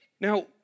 Now